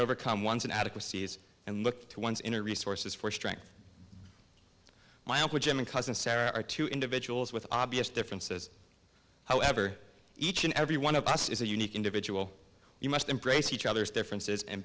overcome one's inadequacies and look to one's inner resources for strength my uncle jim and cousin sarah are two individuals with obvious differences however each and every one of us is a unique individual you must embrace each other's differences and